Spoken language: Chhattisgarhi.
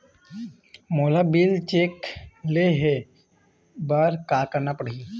मोला बिल चेक ले हे बर का करना पड़ही ही?